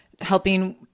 helping